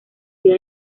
día